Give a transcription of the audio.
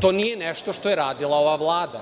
To nije nešto što je radila ova Vlada,